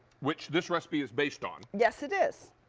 which this recipe is based, on yes it is.